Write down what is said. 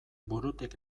burutik